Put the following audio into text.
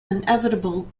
inevitable